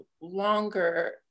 longer